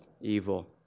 evil